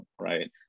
right